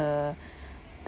the